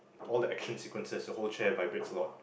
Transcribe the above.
all the action sequences the whole chair vibrates a lot